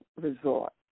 resort